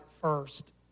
first